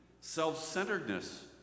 self-centeredness